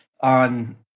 on